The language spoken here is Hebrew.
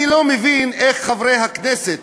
אני לא מבין איך חברי הכנסת